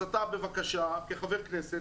אז אתה כחבר כנסת,